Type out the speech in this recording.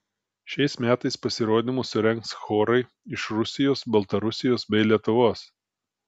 šiais metais pasirodymus surengs chorai iš rusijos baltarusijos bei lietuvos